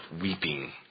weeping